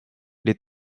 les